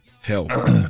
health